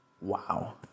wow